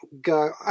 go